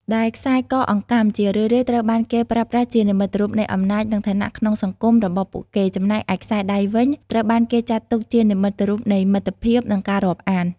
ដែលខ្សែកអង្កាំ ជារឿយៗត្រូវបានគេប្រើប្រាស់ជានិមិត្តរូបនៃអំណាច និងឋានៈក្នុងសង្គមរបស់ពួកគេ ចំណែកឯ ខ្សែដៃ វិញ ត្រូវបានគេចាត់ទុកជានិមិត្តរូបនៃមិត្តភាព និងការរាប់អាន។